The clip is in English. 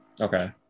Okay